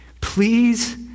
please